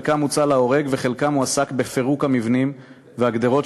חלקם הוצא להורג וחלקם הועסק בפירוק המבנים והגדרות